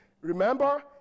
Remember